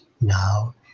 now